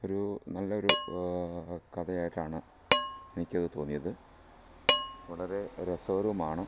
ഒരു നല്ല ഒരു കഥ ആയിട്ടാണ് എനിക്ക് അത് തോന്നിയത് വളരെ രസകരവുമാണ്